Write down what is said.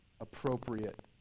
appropriate